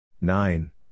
Nine